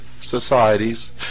societies